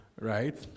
Right